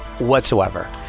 Whatsoever